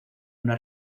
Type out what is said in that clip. una